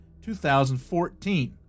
2014